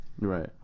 Right